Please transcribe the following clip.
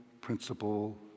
principle